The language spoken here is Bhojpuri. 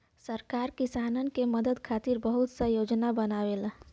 सरकार किसानन के मदद खातिर बहुत सा योजना बनावेला